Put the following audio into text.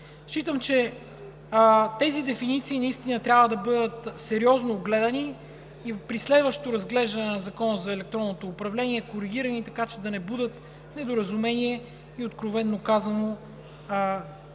Считам, че тези дефиниции наистина трябва да бъдат сериозно огледани и при следващо разглеждане на Закона за електронното управление коригирани, така че да не будят недоразумение и откровено казано смях